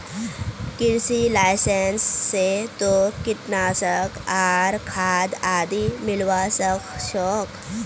कृषि लाइसेंस स तोक कीटनाशक आर खाद आदि मिलवा सख छोक